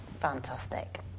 fantastic